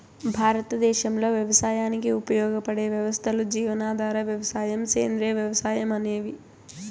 భారతదేశంలో వ్యవసాయానికి ఉపయోగపడే వ్యవస్థలు జీవనాధార వ్యవసాయం, సేంద్రీయ వ్యవసాయం అనేవి